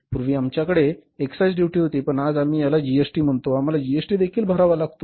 पूर्वी आमच्याकडे excise duty होती पण आज आम्ही याला जीएसटी म्हणतो आम्हाला जीएसटी देखील भरावा लागतो